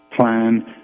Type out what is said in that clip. plan